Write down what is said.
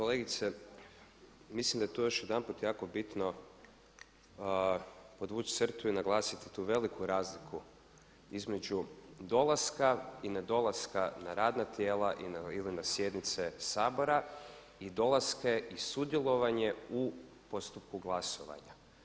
Kolegice mislim da je tu još jedanput jako bitno podvući crtu i naglasiti tu veliku razliku između dolaska i nedolaska na radna tijela ili na sjednice Sabora i dolaske i sudjelovanje u postupku glasovanja.